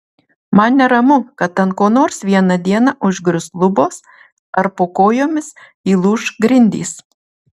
man neramu kad ant ko nors vieną dieną užgrius lubos ar po kojomis įlūš grindys